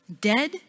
dead